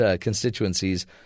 constituencies